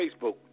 Facebook